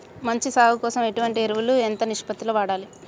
మంచి సాగు కోసం ఎటువంటి ఎరువులు ఎంత నిష్పత్తి లో వాడాలి?